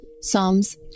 Psalms